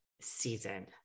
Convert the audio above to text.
season